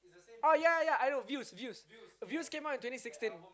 oh ya ya I know views views views came out in twenty sixteen